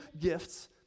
gifts